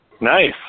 Nice